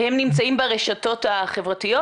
והם נמצאים ברשתות החברתיות,